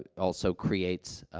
ah also creates,